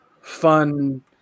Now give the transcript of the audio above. fun